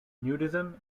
nudism